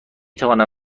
توانم